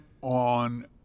on